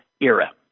era